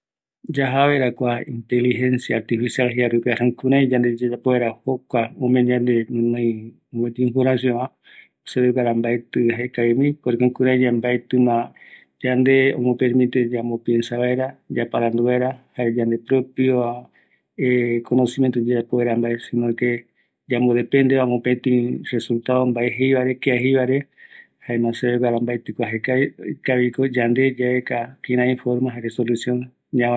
﻿Yaja vaera kua inteligencia artificial jeivarupi, jurai yande eyayapo vaera jokua ome yande guinoi mopeti informacionva, seveguara mbaetima jaekavivi, porque jukurai yae mbaetima, yande omopermite yamo piensa vaera jare yaparandu vaera yande propio conocimiento yayapo vaera mbae, sino que yambo depende mopeti resultado mbae jievare, kia jeivare jaema seveguara, jaema seve guara mbaeti mbae jaekavi, ikaviko yande yaeka kirai forma solucion